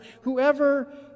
whoever